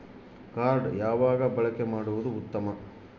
Card ಯಾವಾಗ ಬಳಕೆ ಮಾಡುವುದು ಉತ್ತಮ?